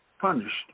punished